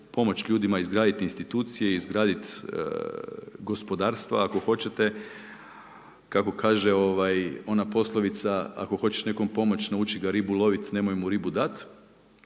pomoći ljudima izgraditi institucije, izgraditi gospodarstva ako hoćete. Kako kaže, ovaj, ona poslovica: Ako hoćeš nekome pomoći, nauči ga ribu loviti, nemoj mu ribu dati.